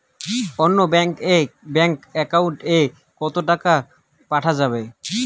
অন্য ব্যাংক এর bank account এ কেমন করে টাকা পাঠা যাবে?